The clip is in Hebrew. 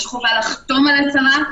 יש חובה לחתום על הצהרה,